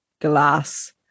glass